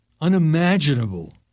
unimaginable